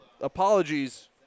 Apologies